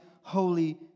Holy